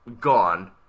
gone